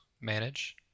Manage